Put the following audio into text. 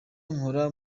nkora